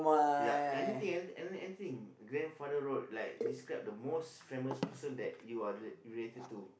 ya anything any any anything grandfather road like describe the most famous person that you are re~ related to